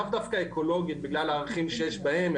לאו דווקא אקולוגית בגלל הערכים שיש בהם,